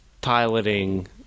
piloting